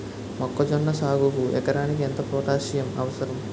మొక్కజొన్న సాగుకు ఎకరానికి ఎంత పోటాస్సియం అవసరం?